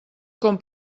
com